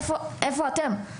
איפה אתם?